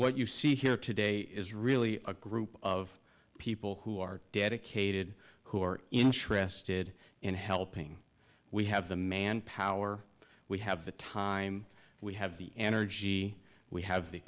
what you see here today is really a group of people who are dedicated who are interested in helping we have the manpower we have the time we have the energy we have the